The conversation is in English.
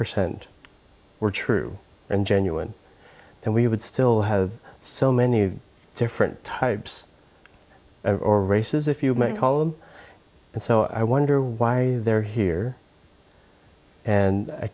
percent were true and genuine and we would still have so many different types or races if you may call them and so i wonder why they're here and i